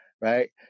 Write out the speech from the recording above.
right